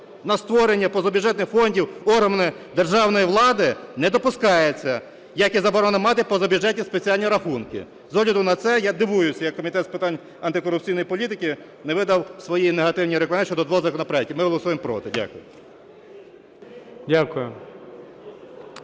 На створення позабюджетних фондів органами державної влади не допускається, як і заборона мати позабюджетні спеціальні рахунки. З огляду на це, я дивуюся, як Комітет з питань антикорупційної політики не видав свої негативні рекомендації щодо двох законопроектів. Ми голосуємо проти. Дякую.